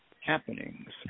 happenings